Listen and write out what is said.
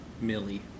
Millie